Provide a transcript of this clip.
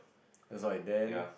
that's all and then